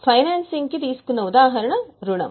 financing కీ తీసుకున్న ఉదాహరణ రుణం